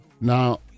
Now